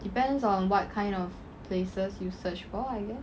depends on what kind of places you search for I guess